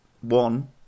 One